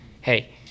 hey